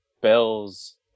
Bell's